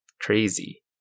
crazy